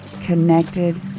connected